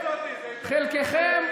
חלקכם,